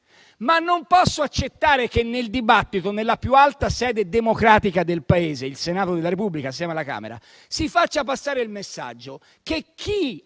ma non posso accettare che nel dibattito, nella più alta sede democratica del Paese, il Senato della Repubblica assieme alla Camera, si faccia passare il messaggio che chi